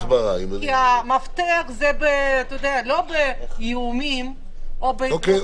המפתח הוא לא באיומים או בשיח עם הציבור.